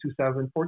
2014